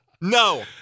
no